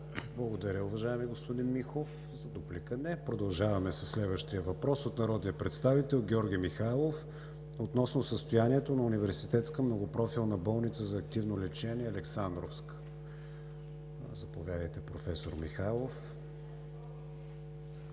Благодаря, уважаеми господин Михов. За дуплика? Не. Продължаваме със следващия въпрос – от народния представител Георги Михайлов относно състоянието на Университетска многопрофилна болница за активно лечение „Александровска“. Заповядайте, професор Михайлов.